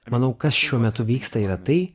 manau kas šiuo metu vyksta yra tai